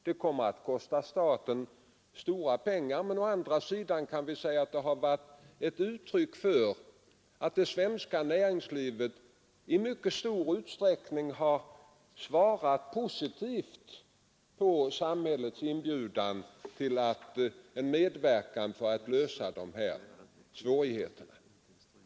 Det kommer att kosta staten stora pengar, men å andra sidan är det också ett uttryck för att det svenska näringslivet i mycket stor utsträckning svarat positivt på samhällets erbjudande om medverkan för att övervinna svårigheterna.